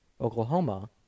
Oklahoma